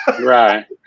Right